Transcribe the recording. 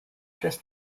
this